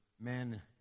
men